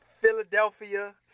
Philadelphia